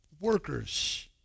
workers